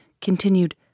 continued